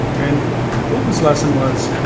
and putin's lesson was,